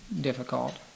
difficult